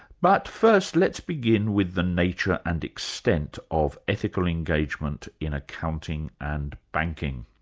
but first, let's begin with the nature and extent of ethical engagement in accounting and banking.